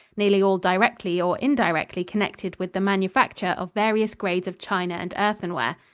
nearly all directly or indirectly connected with the manufacture of various grades of china and earthenware.